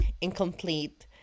Incomplete